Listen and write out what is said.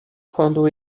quando